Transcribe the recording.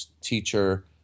teacher